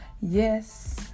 Yes